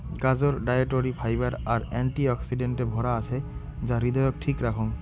গাজর dietary fibre আর অ্যান্টি অক্সিডেন্টে ভরা আছে যা হৃদয়ক ঠিক রাখং